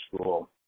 School